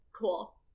cool